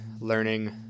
learning